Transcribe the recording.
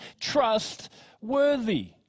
trustworthy